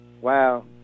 Wow